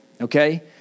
okay